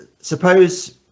suppose